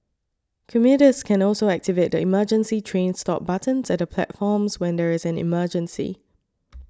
commuters can also activate the emergency train stop buttons at the platforms when there is an emergency